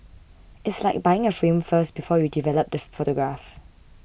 it's like buying a frame first before you develop the photograph